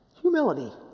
Humility